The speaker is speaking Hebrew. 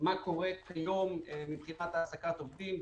מה קורה כיום מבחינת העסקת עובדים.